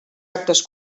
actes